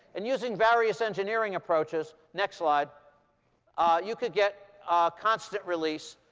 and using various engineering approaches next slide you could get constant release